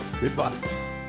Goodbye